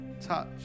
touch